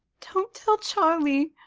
don't tell charlie!